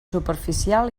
superficial